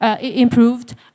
improved